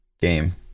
game